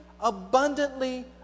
abundantly